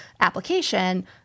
application